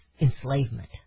enslavement